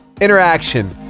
interaction